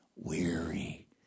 Weary